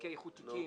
בתיקי איחוד תיקים.